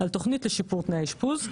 על תוכנית לשיפור תנאי אשפוז.